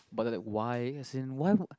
but like why as in why would